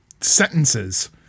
sentences